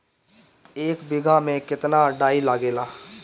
एक बिगहा में केतना डाई लागेला?